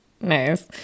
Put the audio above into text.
Nice